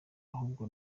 ahubwo